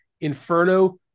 Inferno